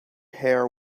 hair